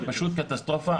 זה פשוט קטסטרופה.